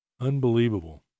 Unbelievable